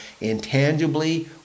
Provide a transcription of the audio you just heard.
intangibly